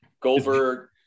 goldberg